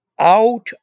out